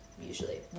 usually